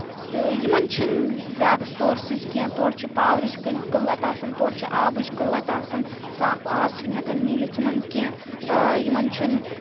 تہٕ یِمن چھِنہٕ زیادٕ سورسٔز کینٛہہ تور چھِ پاورٕچۍ قٕلَت آسان تور چھِ آبٕچۍ قلت آسان صاف آب چھُنہٕ ہؠکان میٖلِتھ یِمَن کینٛہہ یِمَن چھُنہٕ